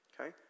Okay